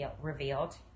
Revealed